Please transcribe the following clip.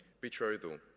Betrothal